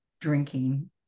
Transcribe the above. drinking